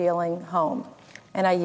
dealing home and i